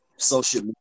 social